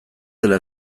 dela